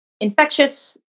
infectious